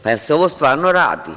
Pa jel se ovo stvarno radi?